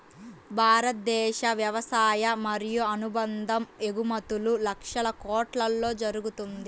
భారతదేశ వ్యవసాయ మరియు అనుబంధ ఎగుమతులు లక్షల కొట్లలో జరుగుతుంది